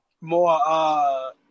more